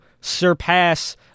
surpass